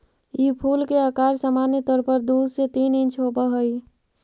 ई फूल के अकार सामान्य तौर पर दु से तीन इंच होब हई